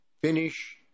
finish